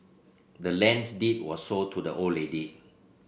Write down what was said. the land's deed was sold to the old lady